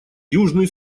южный